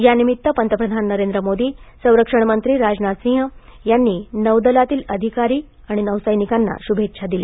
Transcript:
या निमित्त पंतप्रधान नरेंद्र मोदी संरक्षण मंत्री राजनाथ सिंह यांनी नौदलातील अधिकारी नौसैनिकांना शुभेच्छा दिल्या